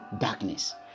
darkness